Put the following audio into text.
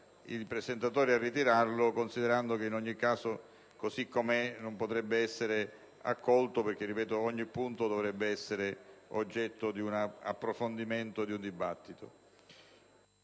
il mio parere è contrario, considerando che, in ogni caso, così com'è non potrebbe essere accolto perché ogni suo punto dovrebbe essere oggetto di approfondimento e di dibattito.